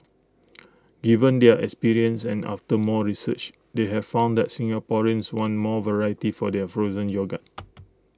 given their experience and after more research they have found that Singaporeans want more variety for their frozen yogurt